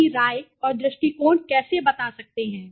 आप अपनी राय और दृष्टिकोण कैसे बता सकते हैं